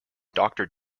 doctor